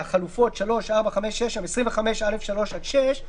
מהחלופות 25(א)(3) עד (6),